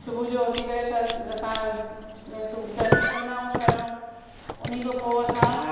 सुबुह जो उथी करे सभु असां सरगी कंदा आहियूं पहिरियों उन खां पोइ असां